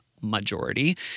majority